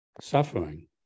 suffering